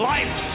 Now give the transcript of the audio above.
Life